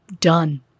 Done